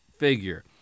figure